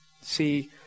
See